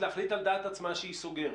להחליט על דעת עצמה שהיא סוגרת.